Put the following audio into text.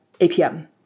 APM